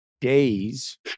days